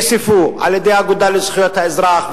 שנאספו על-ידי האגודה לזכויות האזרח,